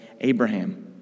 Abraham